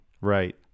Right